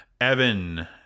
Evan